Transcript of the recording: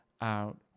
out